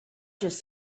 just